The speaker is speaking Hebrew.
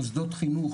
מוסדות חינוך,